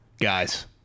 guys